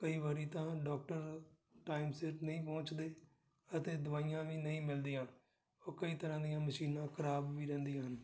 ਕਈ ਵਾਰੀ ਤਾਂ ਡੋਕਟਰ ਟਾਈਮ ਸਿਰ ਨਹੀਂ ਪਹੁੰਚਦੇ ਅਤੇ ਦਵਾਈਆਂ ਵੀ ਨਹੀਂ ਮਿਲਦੀਆਂ ਉਹ ਕਈ ਤਰ੍ਹਾਂ ਦੀਆਂ ਮਸ਼ੀਨਾਂ ਖ਼ਰਾਬ ਵੀ ਰਹਿੰਦੀਆਂ ਹਨ